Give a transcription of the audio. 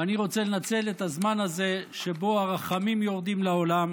ואני רוצה לנצל את הזמן הזה שבו הרחמים יורדים לעולם.